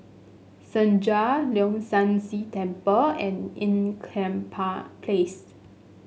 Senja Leong San See Temple and Ean Kiam Park Place